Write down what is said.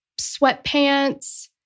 sweatpants